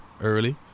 early